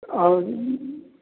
आ